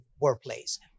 workplace